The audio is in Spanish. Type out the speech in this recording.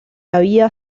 había